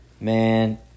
Man